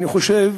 אני חושב